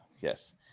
Yes